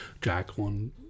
Jacqueline